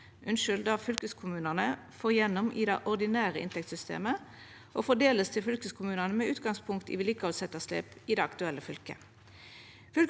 til det fylkeskommunane får gjennom det ordinære inntektssystemet, og vert fordelt til fylkeskommunane med utgangspunkt i vedlikehaldsetterslepet i det aktuelle fylket.